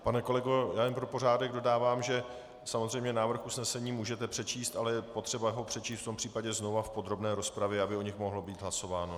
Pane kolego, jen pro pořádek dodávám, že samozřejmě návrh usnesení můžete přečíst, ale je potřeba ho přečíst v tom případě znovu v podrobné rozpravě, aby o nich mohlo být hlasováno.